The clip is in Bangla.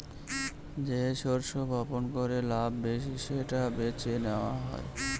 যে শস্য বপন করে লাভ বেশি সেটা বেছে নেওয়া হয়